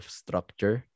structure